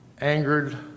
angered